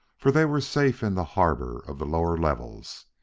for they were safe in the harbor of the lower levels.